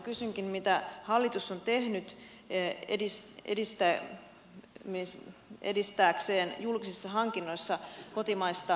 kysynkin mitä hallitus on tehnyt edistääkseen julkisissa hankinnoissa kotimaista lähi ja luomuruokaa